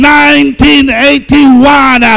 1981